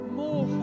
more